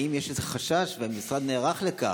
האם יש איזה חשש והמשרד נערך לכך,